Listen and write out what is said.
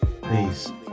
please